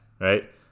right